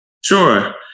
Sure